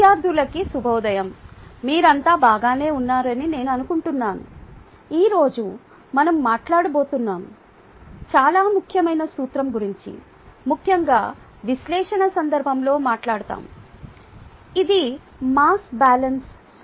విధ్యార్ధులకి శుభోదయం మీరంతా బాగానే ఉన్నారని నేను అనుకుంటున్నాను ఈ రోజు మనం మాట్లాడబోతున్నాం చాలా ముఖ్యమైన సూత్రం గురించి ముఖ్యంగా విశ్లేషణ సందర్భంలో మాట్లాడతాము ఇది మాస్ బ్యాలెన్స్ సూత్రం